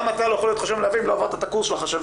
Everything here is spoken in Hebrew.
גם אתה לא יכול להיות חשב מלווה אם לא עברת את הקורס של חשבים